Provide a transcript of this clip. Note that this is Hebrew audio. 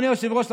אדוני היושב-ראש,